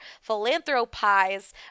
Philanthropies